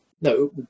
No